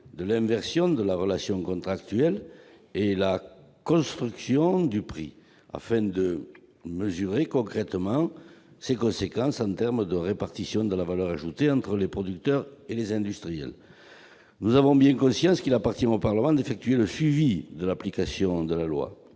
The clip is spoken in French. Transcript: l'inversion de la relation contractuelle et la construction du prix, afin de mesurer concrètement ses conséquences en termes de répartition de la valeur ajoutée entre les producteurs et les industriels. Nous avons bien conscience qu'il appartient au Parlement de suivre l'application de la loi,